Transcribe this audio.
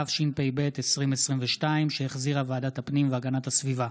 התשפ"ב 2022, שהחזירה ועדת הפנים והגנת הסביבה.